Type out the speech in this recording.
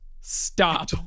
stop